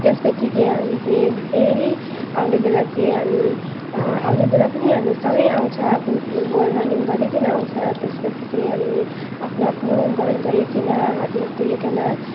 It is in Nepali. त्यसपछि चाहिँ हामी चाहिँ फेरि आउने बेला चाहिँ हामी आउने बेला पनि हामी सँगै आउँछ कुद्नु रनिङ गरिकन आउँछ त्यसपछि चाहिँ हामी आफ्नो आफ्नो घर गइकन हात मुख धुइकन